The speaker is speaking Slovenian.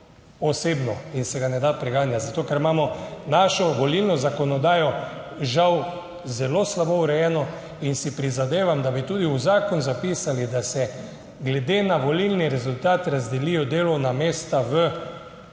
osebno in se ga ne da preganjati - zato, ker imamo našo volilno zakonodajo, žal, zelo slabo urejeno. In si prizadevam, da bi tudi v zakon zapisali, da se glede na volilni rezultat razdelijo delovna mesta.